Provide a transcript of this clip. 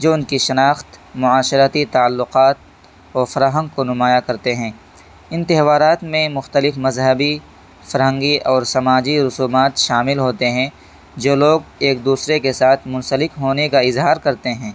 جو ان کی شناخت معاشرتی تعلقات و فرہنگ کو نمایاں کرتے ہیں ان تہوارات میں مختلف مذہبی فرہنگی اور سماجی رسومات شامل ہوتے ہیں جو لوگ ایک دوسرے کے ساتھ منسلک ہونے کا اظہار کرتے ہیں